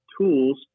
tools